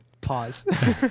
Pause